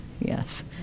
Yes